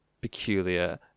Peculiar